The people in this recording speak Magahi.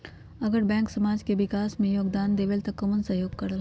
अगर बैंक समाज के विकास मे योगदान देबले त कबन सहयोग करल?